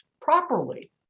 properly